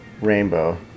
rainbow